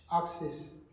access